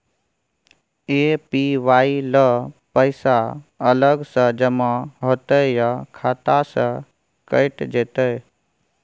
APY ल पैसा अलग स जमा होतै या खाता स कैट जेतै?